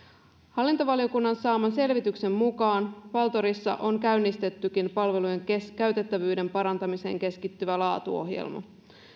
hallintovaliokunnan saaman selvityksen mukaan valtorissa on käynnistettykin palvelujen käytettävyyden parantamiseen keskittyvä laatuohjelma